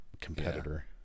competitor